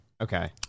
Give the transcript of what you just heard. Okay